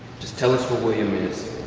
just tell us where william is,